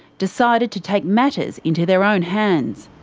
decided to take matters into their own hands.